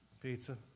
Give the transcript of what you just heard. Pizza